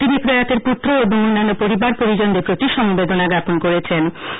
তিনি প্রয়াতের পুত্র ও অন্যান্য পরিবার পরিজনদের প্রতি সমবেদনা জ্ঞাপন করেছেন